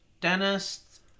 Dentist